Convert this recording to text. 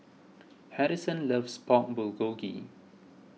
Harrison loves Pork Bulgogi